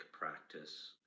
practice